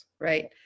Right